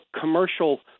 commercial